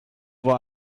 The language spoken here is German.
war